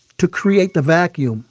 to create the vacuum